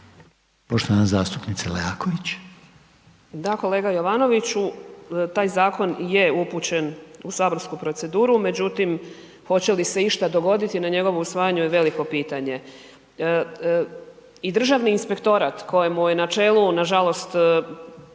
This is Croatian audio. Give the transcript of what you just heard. **Leaković, Karolina (SDP)** Da, kolega Jovanoviću taj zakon je upućen u saborsku proceduru, međutim hoće li se išta dogoditi na njegovo usvajanje je veliko pitanje. I Državni inspektorat kojemu je na čelu, nažalost